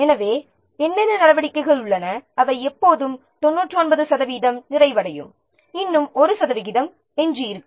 எனவே என்னென்ன நடவடிக்கைகள் உள்ளன அவை எப்போதும் 99 சதவிகிதம் நிறைவடையும் இன்னும் 1 சதவிகிதம் எஞ்சியிருக்கும்